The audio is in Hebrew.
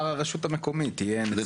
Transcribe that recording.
מדובר על רשות המקומית --- לסעיף?